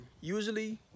usually